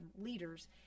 leaders